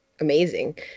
amazing